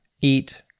eat